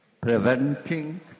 preventing